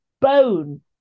bone